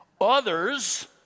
Others